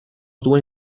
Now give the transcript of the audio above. duen